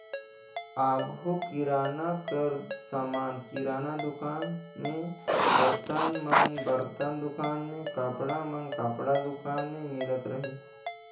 आघु किराना कर समान किराना दुकान में, बरतन मन बरतन दुकान में, कपड़ा मन कपड़ा दुकान में मिलत रहिस